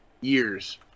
years